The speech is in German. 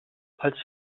als